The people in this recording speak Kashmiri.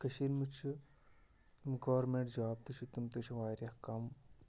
کٔشیٖرِ منٛز چھُ گورمٮ۪نٛٹ جاب تہِ چھُ تِم تہِ چھِ واریاہ کَم